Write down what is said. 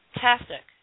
Fantastic